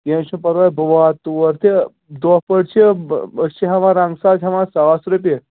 کیٚنٛہہ چھُنہٕ پَرواے بہٕ واتہٕ تور تہِ دۄہ پٲٹھۍ چھِ أسۍ چھِ ہٮ۪وان رَنٛگ ساز ہٮ۪وان ساس رۄپیہِ